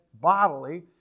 bodily